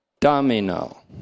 domino